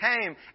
came